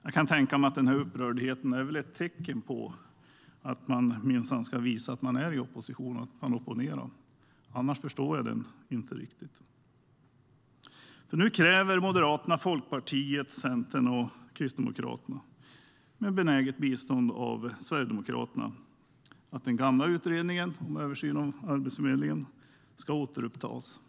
Jag kan tänka mig att upprördheten är ett tecken på att man minsann ska visa att man är i opposition och att man opponerar. Annars förstår jag inte riktigt. Nu kräver Moderaterna, Folkpartiet, Centern och Kristdemokraterna med benäget bistånd av Sverigedemokraterna att den gamla utredningen om översyn av Arbetsförmedlingen ska återupptas.